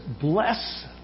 bless